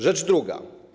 Rzecz druga.